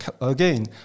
again